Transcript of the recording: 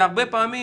והרבה פעמים,